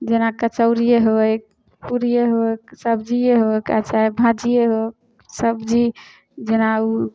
जेना कचौड़िए होइक पूड़िए होइक सब्जिए होइक आओर चाहे भाजिए हो सब्जी जेना ओ